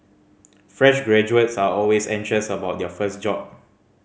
fresh graduates are always anxious about their first job